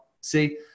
see